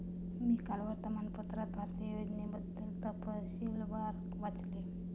मी काल वर्तमानपत्रात भारतीय योजनांबद्दल तपशीलवार वाचले